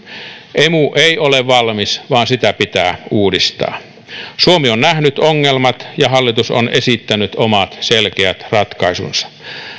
emu ei ole valmis vaan sitä pitää uudistaa suomi on nähnyt ongelmat ja hallitus on esittänyt omat selkeät ratkaisunsa